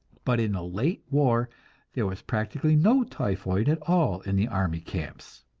but in the late war there was practically no typhoid at all in the army camps.